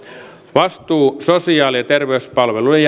vastuu sosiaali ja terveyspalvelujen